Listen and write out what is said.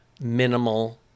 minimal